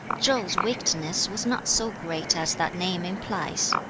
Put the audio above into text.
chau's wickedness was not so great as that name implies.